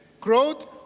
growth